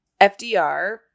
FDR